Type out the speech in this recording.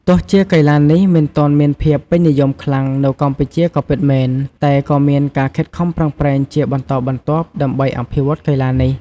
ទោះជាកីទ្បានេះមិនទាន់មានភាពពេញនិយមខ្លាំងនៅកម្ពុជាក៏ពិតមែន តែក៏មានការខិតខំប្រឹងប្រែងជាបន្តបន្ទាប់ ដើម្បីអភិវឌ្ឍកីឡានេះ។